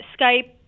Skype